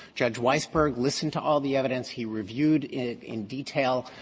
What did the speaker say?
judge weisberg listened to all the evidence. he reviewed it in detail,